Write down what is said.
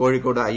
Kozhikode I